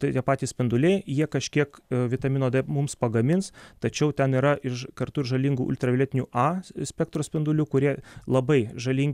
tai tie patys spinduliai jie kažkiek vitamino d mums pagamins tačiau ten yra ir ža kartu ir žalingų ultravioletinių a spektro spindulių kurie labai žalingi